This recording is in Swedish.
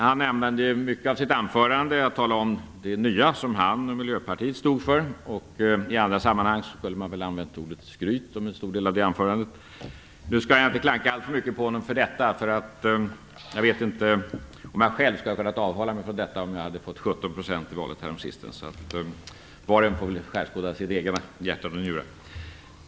Han använde mycket av sitt anförande till att tala om det nya som han och Miljöpartiet stod för. I andra sammanhang skulle man väl ha använt ordet skryt om en stor del av det anförandet. Nu skall jag inte klanka alltför mycket på honom för detta. Jag vet inte om jag själv skulle ha kunnat avhålla mig från det om jag fått 17 % i valet häromsistens. Var och en får skärskåda sitt eget hjärta och njurar.